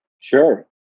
sure